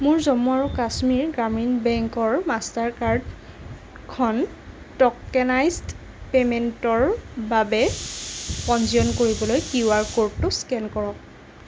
মোৰ জম্মু আৰু কাশ্মীৰ গ্ৰামীণ বেংকৰ মাষ্টাৰ কাৰ্ডখন ট'কেনাইজ্ড পে'মেণ্টৰ বাবে পঞ্জীয়ন কৰিবলৈ কিউ আৰ ক'ডটো স্কেন কৰক